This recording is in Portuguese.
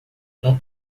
não